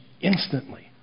instantly